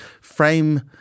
frame